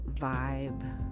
vibe